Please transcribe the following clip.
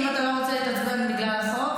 אם אתה לא רוצה להתעצבן בגלל החוק,